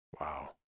Wow